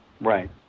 Right